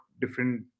different